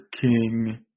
king